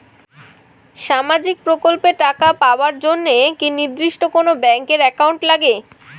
সামাজিক প্রকল্পের টাকা পাবার জন্যে কি নির্দিষ্ট কোনো ব্যাংক এর একাউন্ট লাগে?